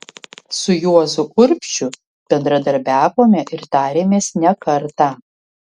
su juozu urbšiu bendradarbiavome ir tarėmės ne kartą